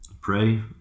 pray